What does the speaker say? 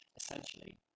essentially